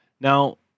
now